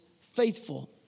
faithful